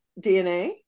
DNA